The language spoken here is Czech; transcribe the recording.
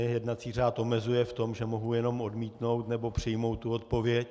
Jednací řád mě omezuje v tom, že mohu jenom odmítnout nebo přijmout tu odpověď.